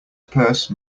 purse